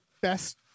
best